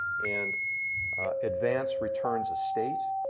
and advance returns a state,